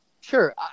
Sure